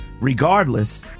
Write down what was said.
regardless